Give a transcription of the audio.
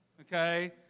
Okay